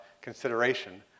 consideration